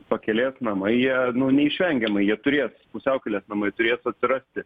pakelės namai jie nu neišvengiamai jie turės pusiaukelės namai turės atsirasti